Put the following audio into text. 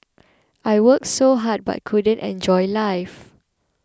I worked so hard but couldn't enjoy life